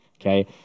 Okay